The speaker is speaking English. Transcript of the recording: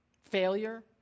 Failure